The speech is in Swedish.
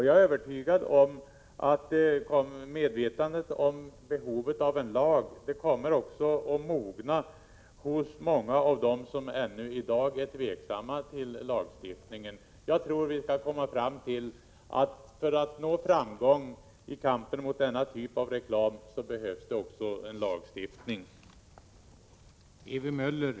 Jag är övertygad om att medvetandet om behovet av en lag kommer att mogna hos många av dem som i dag ännu är tveksamma till lagstiftningen. Jag tror att vi skall komma fram till att det behövs en lagstiftning för att vi skall nå framgång i kampen mot denna typ av reklam.